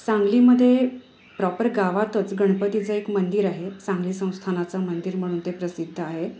सांगलीमध्ये प्रॉपर गावातच गणपतीचं एक मंदिर आहे सांगली संस्थानाचं मंदिर म्हणून ते प्रसिद्ध आहे